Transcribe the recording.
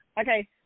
okay